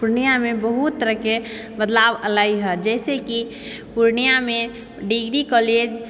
पूर्णियामे बहुत तरहके बदलाव एलै हऽ जइसेकि पूर्णियामे डिग्री कॉलेज